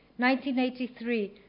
1983